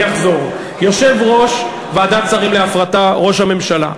אני אחזור: יושב-ראש ועדת שרים להפרטה ראש הממשלה.